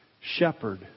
shepherd